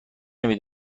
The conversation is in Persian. نمی